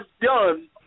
done